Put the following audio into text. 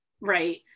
right